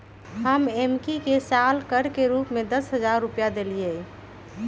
हम एम्की के साल कर के रूप में दस हज़ार रुपइया देलियइ